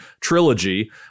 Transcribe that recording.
trilogy